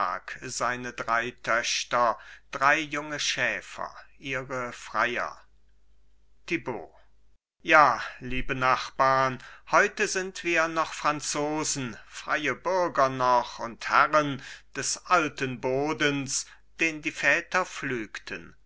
seine drei töchter drei junge schäfer ihre freier thibaut ja liebe nachbarn heute sind wir noch franzosen freie bürger noch und herren des alten bodens den die väter pflügten